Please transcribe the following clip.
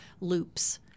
loops